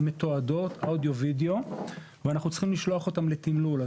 מתועדות אודיו/וידאו ואנחנו צריכים לשלוח אותם לתמלול.